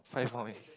five more minutes